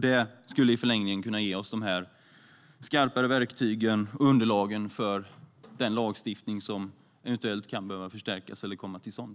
Det skulle i förlängningen kunna ge oss skarpare verktyg och underlag för lagstiftning som eventuellt kan behöva förstärkas eller komma till stånd.